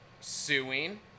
suing